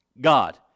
God